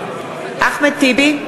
אחמד טיבי,